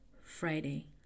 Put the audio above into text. Friday